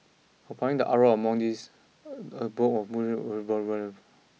compounding the uproar among these